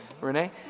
Renee